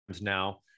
now